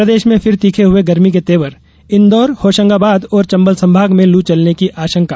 प्रदेश में फिर तीखे हुए गर्मी के तेवर इंदौर होशंगाबाद और चंबल संभागों में लू चलने की आशंका